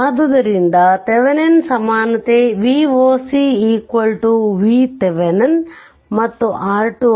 ಆದ್ದರಿಂದ ಥೆವೆನಿನ್ ಸಮಾನತೆ Voc VThevenin ಮತ್ತು R2